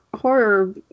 horror